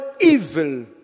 evil